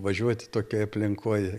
važiuoti tokioj aplinkoj